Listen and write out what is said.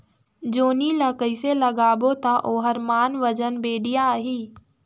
जोणी ला कइसे लगाबो ता ओहार मान वजन बेडिया आही?